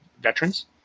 veterans